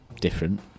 different